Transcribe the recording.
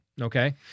Okay